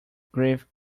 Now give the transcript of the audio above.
grieve